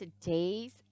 Today's